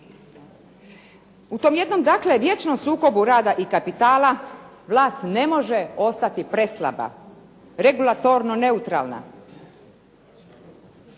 U tom jednom dakle vječnom sukobu rada i kapitala vlast ne može ostati preslaba, regulatorno neutralna.